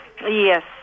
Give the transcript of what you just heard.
Yes